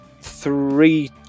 three